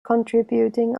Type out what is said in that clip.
contributing